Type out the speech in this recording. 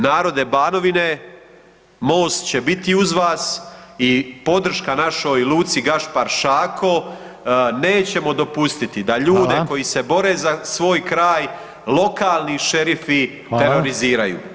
Narode Banovine, Most će biti uz vas i podrška našoj Luci Gašpar Šako, nećemo dopustiti da ljude [[Upadica Reiner: Hvala.]] koji se bore za svoj kraj, lokalni šerifi teroriziraju.